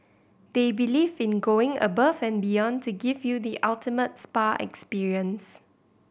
they believe in going above and beyond to give you the ultimate spa experience